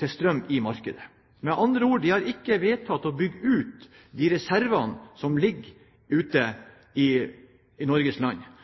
til strøm i markedet. Med andre ord: De har ikke vedtatt å bygge ut de reservene som ligger i Norges land,